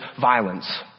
violence